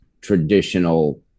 traditional